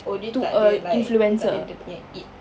oh dia tu takde like takde dia punya it